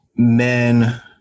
Men